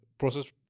process